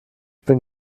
bin